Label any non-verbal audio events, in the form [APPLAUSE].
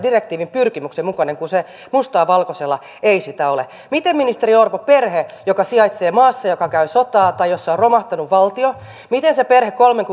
direktiivin pyrkimyksen mukainen kun se mustaa valkoisella ei sitä ole miten ministeri orpo perhe joka on maassa joka käy sotaa tai jossa on romahtanut valtio kolmen [UNINTELLIGIBLE]